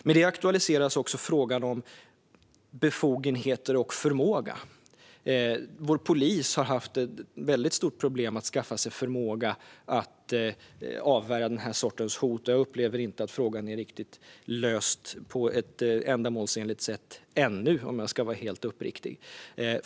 Med det aktualiseras frågan om befogenheter och förmåga. Vår polis har haft ett väldigt stort problem med att skaffa sig förmåga att avvärja den här sortens hot. Jag upplever inte att frågan är löst på ett ändamålsenligt sätt ännu, om jag ska vara helt uppriktig.